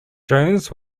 jones